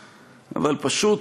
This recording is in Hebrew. פשוט,